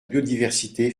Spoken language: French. biodiversité